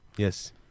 Yes